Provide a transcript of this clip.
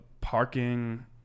parking